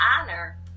honor